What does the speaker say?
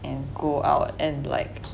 and go out and like